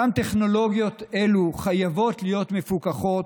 גם טכנולוגיות אלו חייבות להיות מפוקחות,